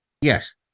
Yes